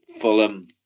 Fulham